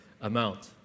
amount